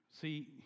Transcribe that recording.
See